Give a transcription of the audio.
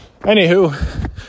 Anywho